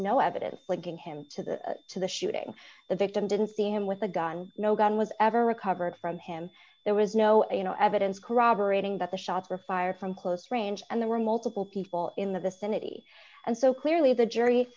no evidence linking him to the to the shooting the victim didn't see him with a gun no gun was ever recovered from him there was no and you know evidence corroborating that the shots were fired from close range and there were multiple people in the vicinity and so clearly the jury